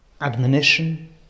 admonition